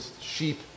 sheep